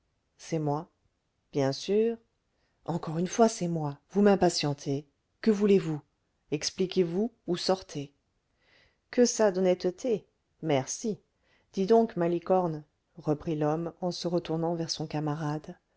c'est moi bien sûr encore une fois c'est moi vous m'impatientez que voulez-vous expliquez-vous ou sortez que ça d'honnêteté merci dis donc malicorne reprit l'homme en se retournant vers son camarade